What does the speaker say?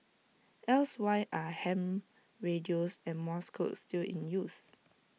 else why are ham radios and morse code still in use